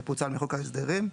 שפוצל מחוק ההסדרים,